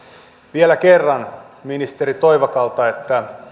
vielä kerran ministeri toivakalta että